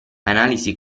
analisi